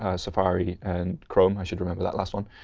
ah safari, and chrome i should remember that last one.